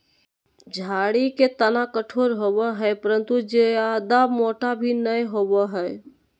झाड़ी के तना कठोर होबो हइ परंतु जयादा मोटा भी नैय होबो हइ